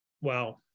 Wow